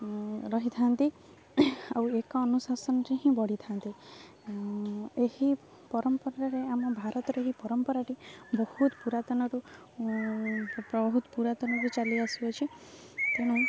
ରହିଥାନ୍ତି ଆଉ ଏକ ଅନୁଶାସନରେ ହିଁ ବଢ଼ିଥାନ୍ତି ଏହି ପରମ୍ପରାରେ ଆମ ଭାରତରେ ଏହି ପରମ୍ପରାଟି ବହୁତ ପୁରାତନରୁ ବହୁତ ପୁରାତନରୁ ଚାଲି ଆସୁଅଛି ତେଣୁ